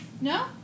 No